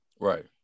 right